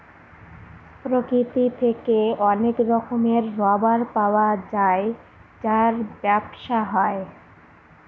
প্রকৃতি থেকে অনেক রকমের রাবার পাওয়া যায় যার ব্যবসা হয়